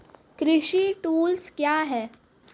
कृषि टुल्स क्या हैं?